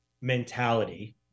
mentality